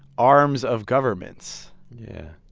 arms of governments yeah